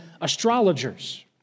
astrologers